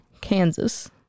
Kansas